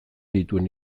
dituen